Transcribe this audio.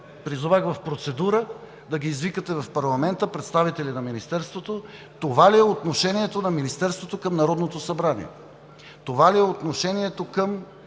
призовах Ви в процедура да извикате в парламента представители на Министерството. Това ли е отношението на Министерството към Народното събрание? Това ли е отношението към